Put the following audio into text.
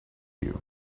you